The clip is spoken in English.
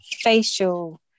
facial